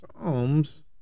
Psalms